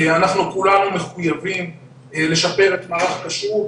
אנחנו כולנו מחויבים לשפר את מערך הכשרות,